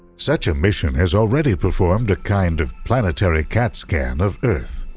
such a mission has already performed a kind of planetary cat-scan of earth.